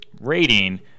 rating